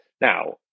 Now